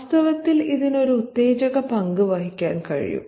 വാസ്തവത്തിൽ ഇതിന് ഒരു ഉത്തേജക പങ്ക് വഹിക്കാൻ കഴിയും